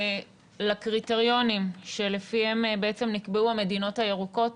לקריטריונים שלפיהם נקבעו המדינות הירוקות,